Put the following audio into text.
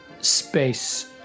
space